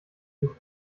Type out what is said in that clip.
nicht